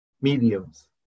mediums